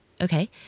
Okay